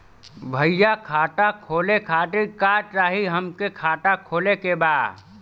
भईया खाता खोले खातिर का चाही हमके खाता खोले के बा?